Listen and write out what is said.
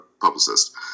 publicist